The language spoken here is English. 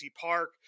park